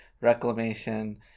reclamation